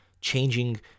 changing